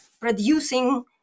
producing